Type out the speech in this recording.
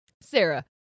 Sarah